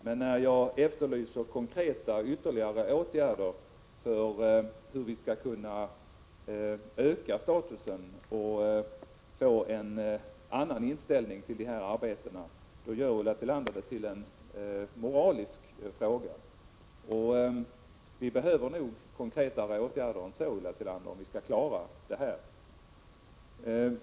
Men när jag efterlyser exempel på konkreta ytterligare åtgärder för att öka statusen och få en annan inställning till dessa arbeten, gör Ulla Tillander det till en moralisk fråga. Det behövs nog mer konkreta åtgärder än så, Ulla Tillander, om vi skall klara det här.